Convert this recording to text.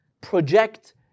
project